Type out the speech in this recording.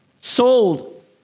sold